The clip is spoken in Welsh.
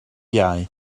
iau